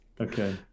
okay